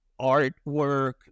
artwork